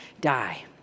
die